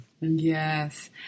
Yes